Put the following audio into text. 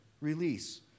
release